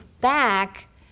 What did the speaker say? back